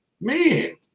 man